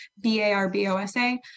B-A-R-B-O-S-A